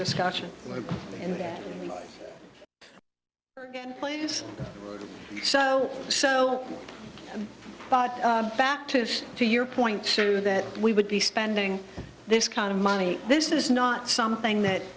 discussion in that place so so but back to to your point so that we would be spending this kind of money this is not something that